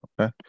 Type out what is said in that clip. okay